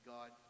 God